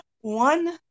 one